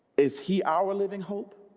is he our living. hope